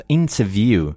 interview